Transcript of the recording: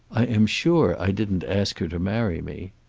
i am sure i didn't ask her to marry me.